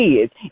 kids